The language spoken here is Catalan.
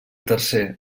tercer